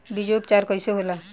बीजो उपचार कईसे होला?